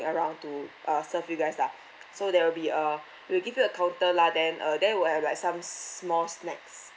around to uh serve you guys lah so there will be uh we will give you a counter lah then uh there will have like some small snacks